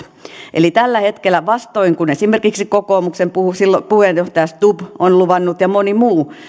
eli tällä hetkellä vastoin kuin esimerkiksi kokoomuksen puheenjohtaja stubb ja moni muu on luvannut